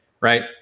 right